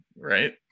right